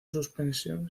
suspensión